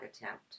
attempt